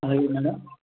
అలాగే మేడం